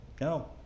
no